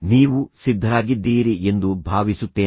ನೀವು ಸಿದ್ಧರಾಗಿದ್ದೀರಿ ಎಂದು ಭಾವಿಸುತ್ತೇನೆ